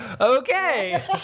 Okay